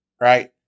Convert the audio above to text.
Right